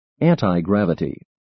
anti-gravity